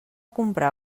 comprar